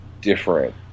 different